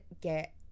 get